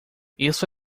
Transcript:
isso